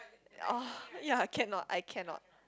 oh ya cannot I cannot